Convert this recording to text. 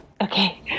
okay